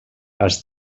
els